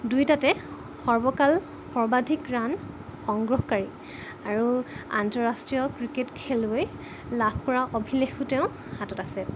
দুইটাতে সৰ্বকাল সৰ্বাধিক ৰাণ সংগ্ৰহকাৰী আৰু আন্তঃৰাষ্ট্ৰীয় ক্ৰিকেট খেলুৱৈ লাভ কৰা অভিলেখো তেওঁ হাতত আছে